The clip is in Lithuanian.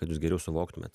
kad jūs geriau suvoktumėt